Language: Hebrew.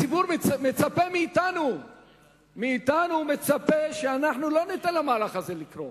הציבור מצפה מאתנו שלא ניתן למהלך הזה לקרות.